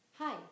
Hi